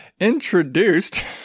Introduced